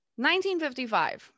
1955